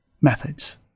methods